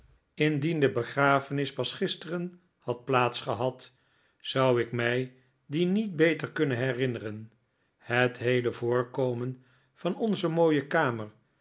indien de begrafenis pas gisteren had plaats gehad zou ik mij die niet beter kunnen herinneren het h eele voorkomen van onze mooie kamer